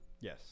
Yes